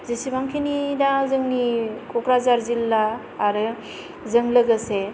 जेसेबां खिनि दा जोंनि क'क्राझार जिल्ला आरो जों लोगोसे